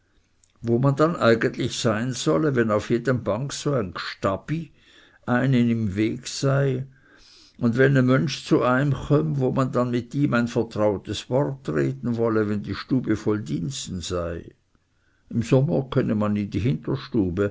wo man dann eigentlich sein solle wenn auf jedem bank so ein gstabi eim am weg sei und wenn e mönsch zu eim chömm wo man dann mit ihm ein vertrautes wort reden wolle wenn die stube voll diensten sei im sommer könne man in die hinterstube